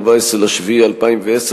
14 ביולי 2010,